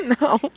No